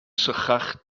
sychach